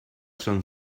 son